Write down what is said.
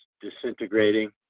disintegrating